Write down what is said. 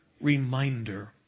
reminder